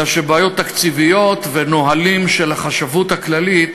אלא שבעיות תקציביות ונהלים של החשבות הכללית